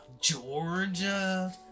Georgia